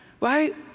right